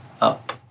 Up